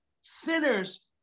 Sinners